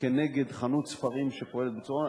נגד חנות ספרים שפועלת בצורה,